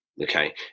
Okay